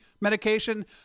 medication